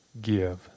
give